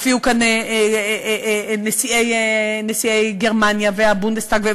הופיעו כאן נשיאי גרמניה והבונדסטאג,